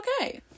okay